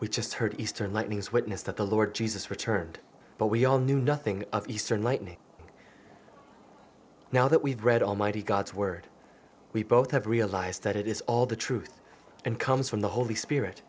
we just heard eastern lightning is witness that the lord jesus returned but we all knew nothing of eastern lightning now that we've read almighty god's word we both have realized that it is all the truth and comes from the holy spirit